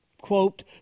quote